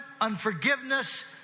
unforgiveness